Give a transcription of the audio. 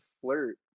flirt